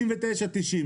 59.90 שקלים.